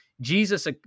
Jesus